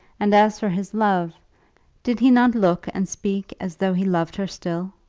and as for his love did he not look and speak as though he loved her still?